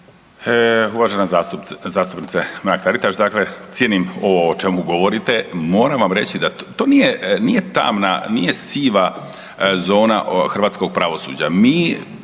Uvažena zastupnice Mrak Taritaš, dakle cijenim ovo o čemu govorite. Moram vam reći da to nije tamna, nije siva zona hrvatskog pravosuđa.